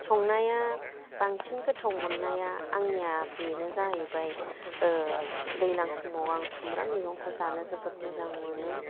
संनाया बांसिन गोथाव मोननाया आंनिया बेनो जाहैबाय दैज्लां समाव आं खुमब्रा मैगंखौ जानो जोबोद मोजां मोनो